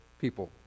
people